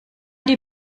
die